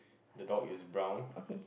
the dog is brown